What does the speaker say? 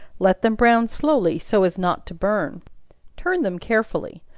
let them brown slowly, so as not to burn turn them carefully.